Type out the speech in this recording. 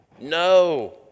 No